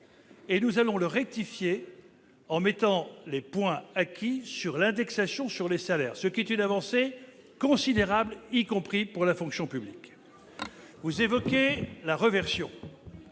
Nous allons rectifier cela, en indexant les points acquis sur l'évolution des salaires, ce qui est une avancée considérable, y compris pour la fonction publique. Vous évoquez la réversion.